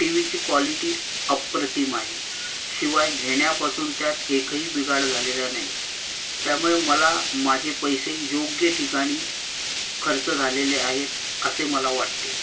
T वीची quality अप्रतिम आहे शिवाय घेण्यापासून त्यात एकही बिघाड झालेला नाही त्यामुळे मला माझे पैसे योग्य ठिकाणी खर्च झालेले आहेत असे मला वाटते